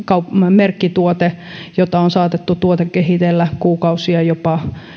merkkituote jota on saatettu tuotekehitellä kuukausia jopa